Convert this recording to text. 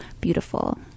Beautiful